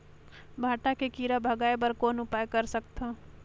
भांटा के कीरा भगाय बर कौन उपाय कर सकथव?